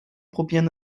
probieren